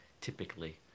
Typically